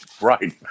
Right